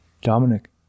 dominic